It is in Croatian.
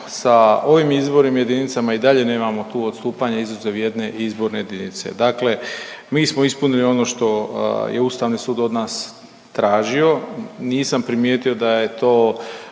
sa ovim izbornim jedinicama i dalje nemamo tu odstupanje izuzev jedne izborne jedinice, dakle mi smo ispunili ono što je ustavni sud od nas tražio, nisam primijetio da je to